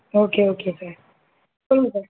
okay okay sir சொல்லுங்கள் sir